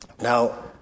Now